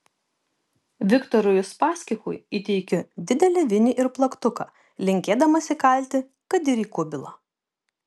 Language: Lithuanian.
viktorui uspaskichui įteikiu didelę vinį ir plaktuką linkėdamas įkalti kad ir į kubilą